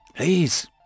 Please